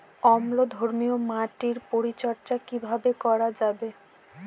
অম্লধর্মীয় মাটির পরিচর্যা কিভাবে করা যাবে?